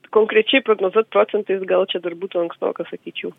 konkrečiai prognozuot procentais gal čia dar būtų ankstoka sakyčiau